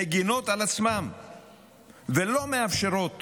מגינות על עצמן ולא מאפשרות